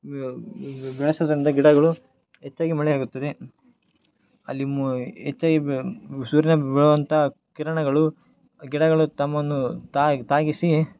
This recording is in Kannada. ಬೆಳೆಸೋದ್ರಿಂದ ಗಿಡಗಳು ಹೆಚ್ಚಾಗಿ ಮಳೆ ಆಗುತ್ತದೆ ಅಲ್ಲಿ ಮು ಹೆಚ್ಚಾಗಿ ಸೂರ್ಯ ಬೀಳುವಂಥ ಕಿರಣಗಳು ಗಿಡಗಳು ತಮ್ಮನ್ನು ತಾಗಿಸಿ